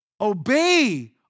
Obey